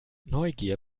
neugier